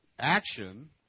action